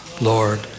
Lord